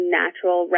natural